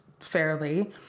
fairly